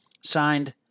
Signed